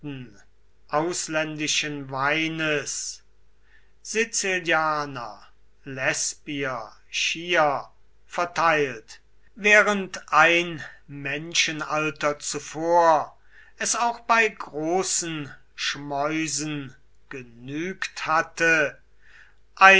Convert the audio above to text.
ausländischen weines sizilianer lesbier chier verteilt während ein menschenalter zuvor es auch bei großen schmäusen genügt hatte